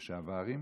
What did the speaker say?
לשעברים,